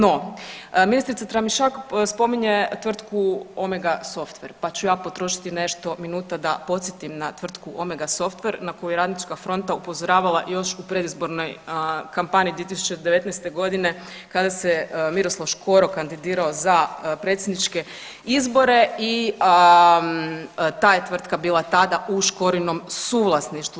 No, ministrica Tramišak spominje tvrtku Omega Sofware, pa ću ja potrošiti nešto minuta da podsjetim na tvrtku Omega Sofware na koju je Radnička fronta upozoravala još u predizbornoj kampanji 2019. godine kada se Miroslav Škoro kandidirao za predsjedniče izbora i ta je tvrtka bila tada u Škorinom suvlasništvu.